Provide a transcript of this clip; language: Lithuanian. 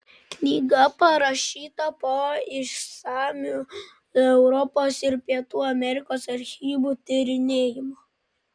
knyga parašyta po išsamių europos ir pietų amerikos archyvų tyrinėjimų